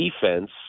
defense